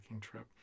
trip